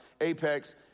Apex